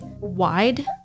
wide